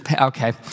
okay